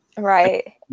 Right